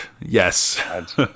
yes